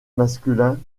masculin